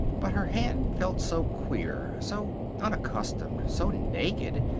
but her hand felt so queer, so unaccustomed, so naked,